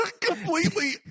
completely